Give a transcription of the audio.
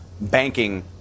banking